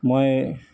মই